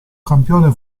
campione